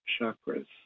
chakras